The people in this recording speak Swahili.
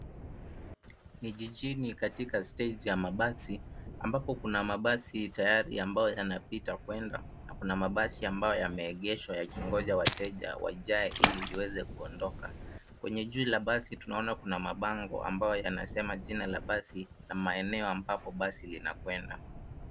Ni jijini katika steji ya mabasi ambapo kuna mabasi ambao tayari yanapita kuenda na kuna mabasi ambayo yameegeshwa yakingoja wateja wajae ili liweze kuondoka. Kwenye juu ya basi tunaona kuna mabango ambayo yanasema jina la basi na maeneo ambapo basi linakwenda.